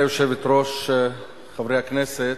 גברתי היושבת-ראש, חברי הכנסת,